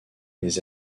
les